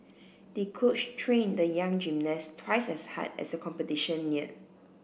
the coach trained the young gymnast twice as hard as the competition neared